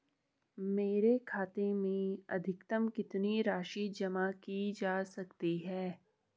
मेरे खाते में अधिकतम कितनी राशि जमा की जा सकती है?